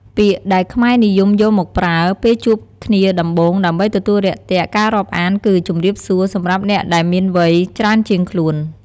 ពាក្យដែលខ្មែរនិយមយកមកប្រើ ពេលជួបគ្នាដំបូងដើម្បីទទួលរាក់ទាក់ ការរាប់អានគឺ ជំរាបសួរ សម្រាប់អ្នកដែលមានវ័យច្រើនជាងខ្លួន។